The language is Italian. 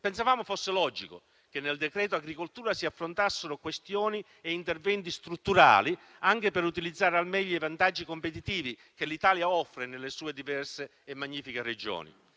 Pensavamo fosse logico che nel decreto agricoltura si affrontassero questioni e interventi strutturali, anche per utilizzare al meglio i vantaggi competitivi che l'Italia offre nelle sue diverse e magnifiche Regioni.